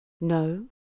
No